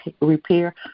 repair